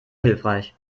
hilfreich